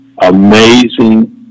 amazing